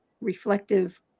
reflective